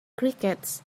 crickets